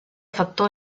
factor